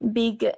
big